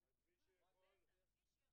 זה בלשון